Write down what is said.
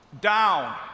down